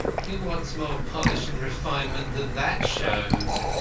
who wants more polish and refinement than that showed?